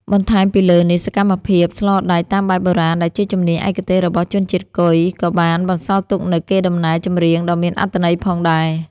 បន្ថែមពីលើនេះ សកម្មភាពស្លដែកតាមបែបបុរាណដែលជាជំនាញឯកទេសរបស់ជនជាតិគុយ ក៏បានបន្សល់ទុកនូវកេរដំណែលចម្រៀងដ៏មានអត្ថន័យផងដែរ។